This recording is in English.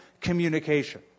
communication